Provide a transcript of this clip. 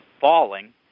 falling